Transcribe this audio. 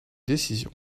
décision